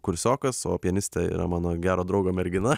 kursiokas o pianistė yra mano gero draugo mergina